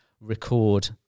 record